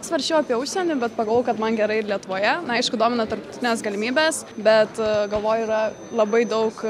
svarsčiau apie užsienį bet pagalvojau kad man gerai ir lietuvoje aišku domina tarptautinės galimybės bet galvoju yra labai daug